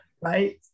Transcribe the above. Right